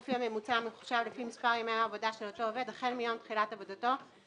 אנחנו עוברים לסעיף האחרון בסדר היום: תקנות מס רכוש וקרן פיצויים.